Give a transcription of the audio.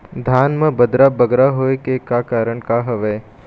धान म बदरा बगरा होय के का कारण का हवए?